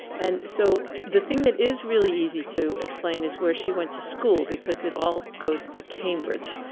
and so the thing that is really easy to explain is where she went to school because it all goes to cambridge.